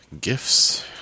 Gifts